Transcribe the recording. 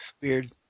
Weird